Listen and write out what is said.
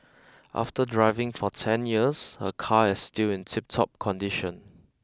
after driving for ten years her car is still in tiptop condition